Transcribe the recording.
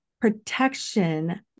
protection